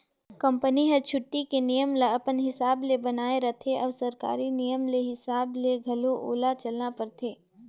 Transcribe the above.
company हर छुट्टी के नियम ल अपन हिसाब ले बनायें रथें अउ सरकारी नियम के हिसाब ले घलो ओला चलना परथे